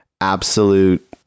absolute